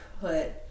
put